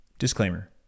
Disclaimer